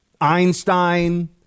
Einstein